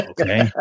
okay